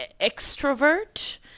extrovert